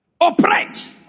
operate